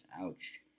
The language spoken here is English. Ouch